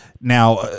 Now